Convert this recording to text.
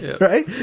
right